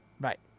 right